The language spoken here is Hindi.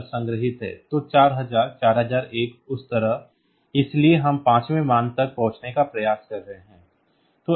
तो 4000 4001 उस तरह इसलिए हम पाँचवें मान तक पहुँचने का प्रयास कर रहे हैं